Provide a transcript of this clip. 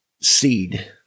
seed